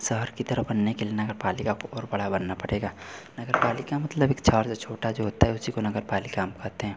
शहर की तरह बनने के लिए नगर पालिका को और बड़ा बनना पड़ेगा नगर पालिका मतलब एक शहर से छोटा जो होता है उसी को नगर पालिका हम कहते हैं